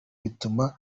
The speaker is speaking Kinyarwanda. bituma